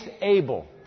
Abel